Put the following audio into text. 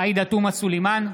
עאידה תומא סלימאן,